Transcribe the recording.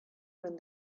when